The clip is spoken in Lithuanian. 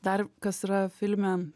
dar kas yra filme